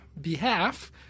behalf